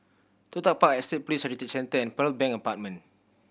Toh Tuck Park Estate Police Heritage Centre and Pearl Bank Apartment